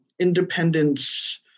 independence